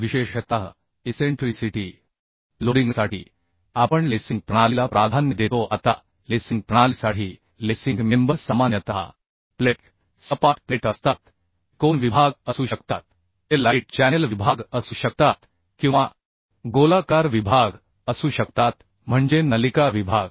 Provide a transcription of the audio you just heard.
विशेषतः इसेंट्रीसिटीक लोडिंगसाठी आपण लेसिंग प्रणालीला प्राधान्य देतो आता लेसिंग प्रणालीसाठी लेसिंग मेंबर सामान्यतः प्लेट सपाट प्लेट असतात ते कोन विभाग असू शकतात ते लाईट चॅनेल विभाग असू शकतात किंवा गोलाकार विभाग असू शकतात म्हणजे नलिका विभाग